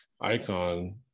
icon